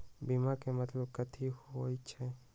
बीमा के मतलब कथी होई छई?